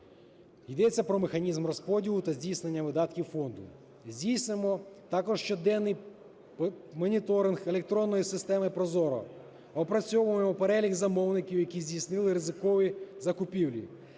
Йдеться про механізм розподілу та здійснення видатків фонду. Здійснюємо також щоденний моніторинг електронної системи ProZorro, опрацьовуємо перелік замовників, які здійснили ризикові закупівлі.